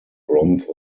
bronze